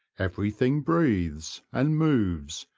everything breathes, and moves,